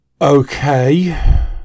Okay